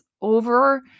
over